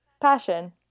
Passion